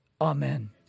Amen